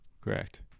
Correct